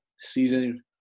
season